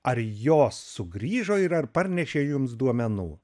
ar jos sugrįžo ir ar parnešė jums duomenų